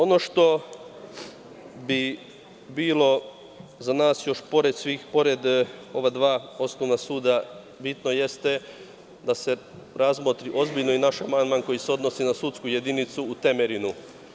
Ono što bi za nas još bilo bitno, pored svih, pored ova dva osnovna suda, jeste da se ozbiljno razmotri i naš amandman koji se odnosi na sudsku jedinicu u Temerinu.